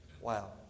wow